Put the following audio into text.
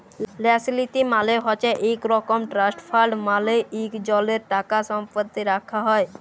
ল্যাস লীতি মালে হছে ইক রকম ট্রাস্ট ফাল্ড মালে ইকজলের টাকাসম্পত্তি রাখ্যা হ্যয়